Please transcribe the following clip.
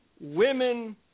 women